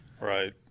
Right